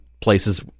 places